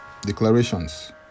Declarations